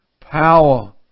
Power